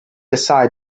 aside